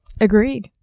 Agreed